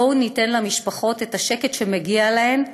בואו ניתן למשפחות את השקט שמגיע להן,